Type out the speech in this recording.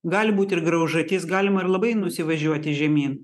gali būti ir graužatis galima ir labai nusivažiuoti žemyn